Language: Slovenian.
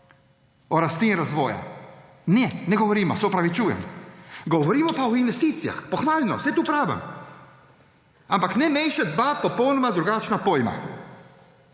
o rasti in razvoju. Ne, ne govorimo, se opravičujem, govorimo pa o investicijah – pohvalno, saj to pravim –, ampak ne mešati dva popolnoma drugačna pojma.